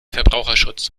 verbraucherschutz